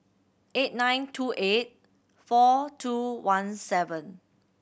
eight nine two eight four two one seven